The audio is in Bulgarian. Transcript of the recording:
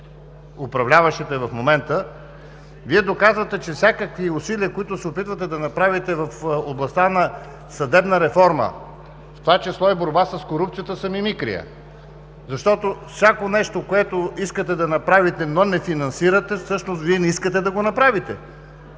управляващите в момента, Вие доказвате, че всякакви усилия, които се опитвате да направите в областта на съдебната реформа, в това число и борба с корупцията, са мимикрия. Защото всяко нещо, което искате да направите, но не финансирате, всъщност Вие не искате да го направите.